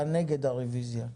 אתה נגד הריוויזיה.